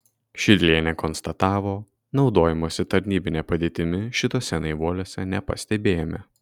šidlienė konstatavo naudojimosi tarnybine padėtimi šituose naivuoliuose nepastebėjome